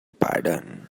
pardon